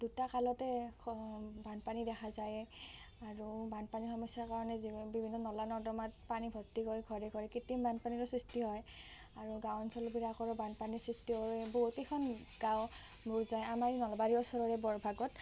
দুটা কালতে বানপানী দেখা যায় আৰু বানপানীৰ সমস্যাৰ কাৰণে বিভিন্ন নলা নৰ্দমাত পানী ভৰ্তি হৈ ঘৰে ঘৰে কৃত্ৰিম বানপানীৰো সৃষ্টি হয় আৰু গাঁও অঞ্চলবিলাকৰো বানপানী সৃষ্টি কৰে বহুত কেইখন গাঁও বুৰ যায় আমাৰ নলবাৰীৰ ওচৰৰে বৰভাগত